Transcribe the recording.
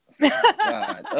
God